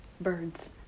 birds